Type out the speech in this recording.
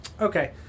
Okay